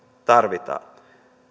tarvitaan